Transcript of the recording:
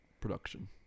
production